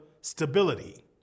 stability